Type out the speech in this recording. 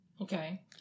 Okay